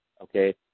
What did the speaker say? okay